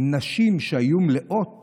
נשים שהיו מלאות